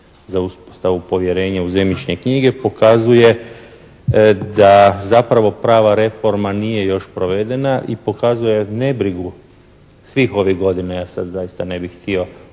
za uspostavu povjerenja u zemljišne knjige pokazuje da zapravo prava reforma nije još provedena i pokazuje nebrigu svih ovih godina. Ja sad zaista ne bih htio uprijeti